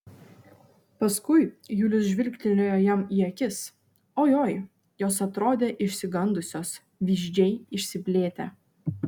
paskui julius žvilgtelėjo jam į akis oi oi jos atrodė išsigandusios vyzdžiai išsiplėtę